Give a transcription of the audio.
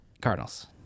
Cardinals